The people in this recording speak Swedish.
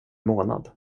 månad